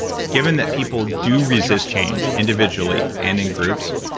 given that people do resist change individually and in groups,